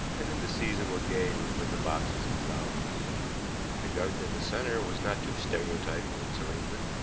and in the season were gay with window-boxes and flowers the garden in the center was not too stereotyped in its arrangement,